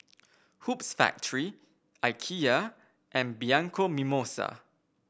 Hoops Factory Ikea and Bianco Mimosa